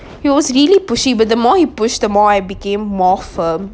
he was really pushy but the more he pushed the more I became more firm